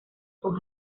con